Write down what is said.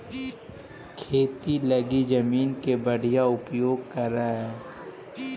खेती लगी जमीन के बढ़ियां उपयोग करऽ